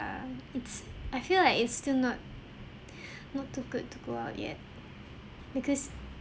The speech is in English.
it's I feel like it's still not not too good to go out yet because